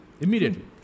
Immediately